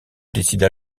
décide